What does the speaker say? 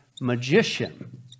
magician